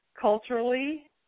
culturally